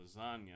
lasagna